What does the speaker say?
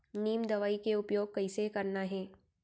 नीम दवई के उपयोग कइसे करना है?